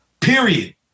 Period